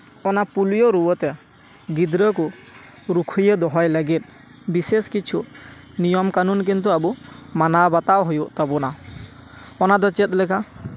ᱚᱱᱟ ᱯᱳᱞᱤᱭᱳ ᱨᱩᱣᱟᱹ ᱛᱮ ᱜᱤᱫᱽᱨᱟᱹ ᱠᱚ ᱨᱩᱠᱷᱭᱟᱹ ᱫᱚᱦᱚᱭ ᱞᱟᱹᱜᱤᱫ ᱵᱤᱥᱮᱥ ᱠᱤᱪᱷᱩ ᱱᱤᱭᱚᱢ ᱠᱟᱹᱱᱩᱱ ᱠᱤᱱᱛᱩ ᱟᱵᱚ ᱢᱟᱱᱟᱣ ᱵᱟᱛᱟᱣ ᱦᱩᱭᱩᱜ ᱛᱟᱵᱚᱱᱟ ᱚᱱᱟ ᱫᱚ ᱪᱮᱫ ᱞᱮᱠᱟ